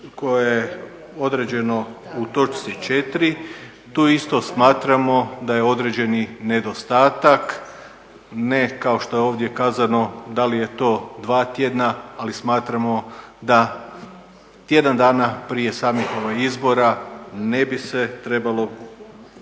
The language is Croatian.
koje je određeno u točci 4 tu isto smatramo da je određeni nedostatak ne kao što je ovdje kazano da li je to dva tjedna, ali smatramo da tjedan dana prije samih izbora ne bi se trebalo